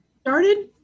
started